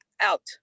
out